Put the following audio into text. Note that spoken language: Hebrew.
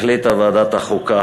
החליטה ועדת החוקה,